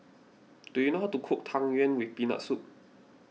do you know how to cook Tang Yuen with Peanut Soup